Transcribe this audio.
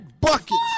buckets